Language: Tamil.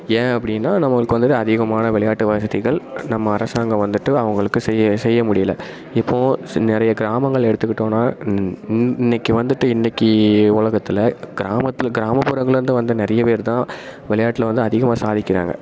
ஏன் அப்படின்னா நம்மளுக்கு வந்துவிட்டு அதிகமான விளையாட்டு வசதிகள் நம்ம அரசாங்கம் வந்துவிட்டு அவங்களுக்கு செய்ய செய்ய முடியல இப்போ சி நிறைய கிராமங்கள் எடுத்துக்கிட்டோன்னா இன் இன் இன்னைக்கு வந்துவிட்டு இன்னைக்கு உலகத்தில் கிராமத்தில் கிராமப்புறங்கள்லருந்து வந்த நிறைய பேர் தான் விளையாட்டில் வந்து அதிகமாக சாதிக்கிறாங்க